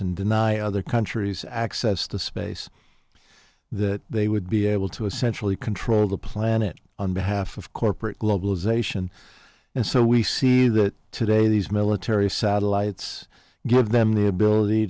and deny other countries access to space that they would be able to essentially control the planet on behalf of corporate globalization and so we see that today these military satellites give them the ability